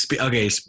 Okay